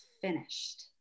finished